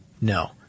No